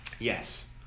Yes